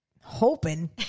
hoping